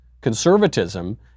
Conservatism